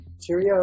Cheerio